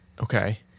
Okay